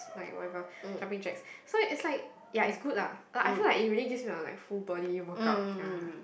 like whatever jumping jacks so is like ya is good lah but like I feel like it really give me are like full body workout ya